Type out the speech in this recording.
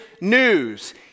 news